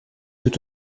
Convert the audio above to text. tout